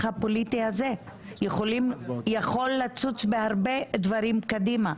הפוליטי הזה יכול לצוץ בהרבה דברים קדימה,